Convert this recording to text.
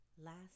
last